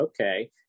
okay